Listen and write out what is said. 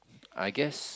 I guess